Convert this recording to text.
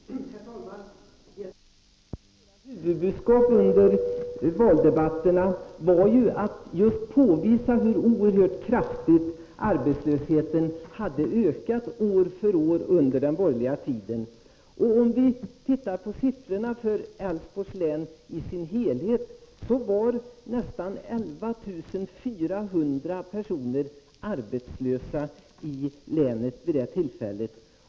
Herr talman! Ett av våra huvudbudskap under valdebatterna var att just påpeka hur oerhört kraftigt arbetslösheten hade ökat årligen under den borgerliga tiden. Om vi ser på siffrorna för Älvsborgs län i sin helhet, finner vi att nästan 11 400 personer var arbetslösa i länet vid det tillfället.